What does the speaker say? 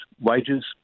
wages